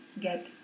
get